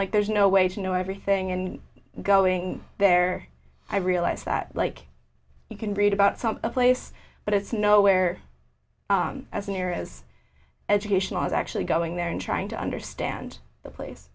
like there's no way to know everything and going there i realize that like you can read about some place but it's nowhere as near as educational as actually going there and trying to understand the place